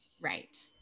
Right